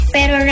Pero